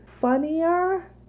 funnier